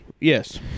Yes